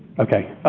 okay.